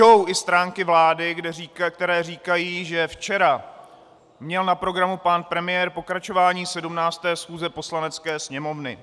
Lžou i stránky vlády, které říkají, že včera měl na programu pan premiér pokračování 17. schůze Poslanecké sněmovny.